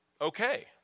okay